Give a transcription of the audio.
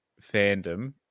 fandom